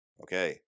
Okay